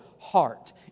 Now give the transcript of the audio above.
heart